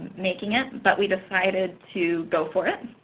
making it, but we decided to go for it.